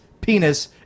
penis